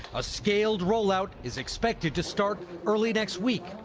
a scaled rollout is expected to start early next week,